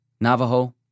Navajo